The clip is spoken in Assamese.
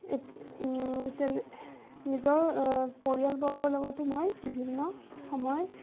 নিজৰ পৰিয়ালবৰ্গৰ লগতো মই বিভিন্ন সময়